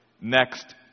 next